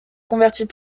convertit